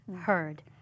heard